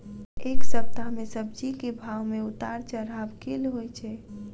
एक सप्ताह मे सब्जी केँ भाव मे उतार चढ़ाब केल होइ छै?